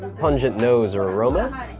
pungent nose or aroma,